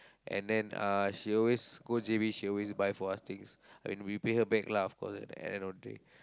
and then uh she always go J_B she always buy for us things and we pay her back lah of course at the end of the day